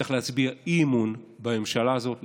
צריך להצביע אי-אמון בממשלה הזאת,